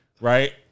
right